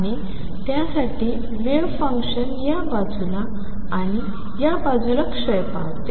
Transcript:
आणि त्यासाठी wave function या बाजूला आणि या बाजूला क्षय पावते